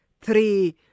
Three